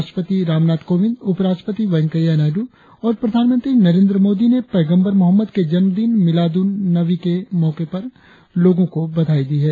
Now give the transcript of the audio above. राष्ट्रपति रामनाथ कोविंद उपराष्ट्रपति वेंकैया नायडू और प्रधानमंत्री नरेंद्र मोदी ने पैगंबर मोहम्मद के जन्मदिन मिलाद उन नबी के मौके पर लोगों को बधाई दी है